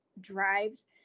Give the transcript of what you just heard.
drives